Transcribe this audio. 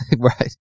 Right